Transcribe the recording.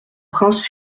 prince